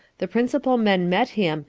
the principal men met him,